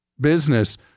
business